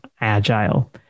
agile